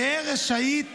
תהא רשאית